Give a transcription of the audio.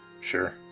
Sure